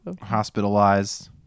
hospitalized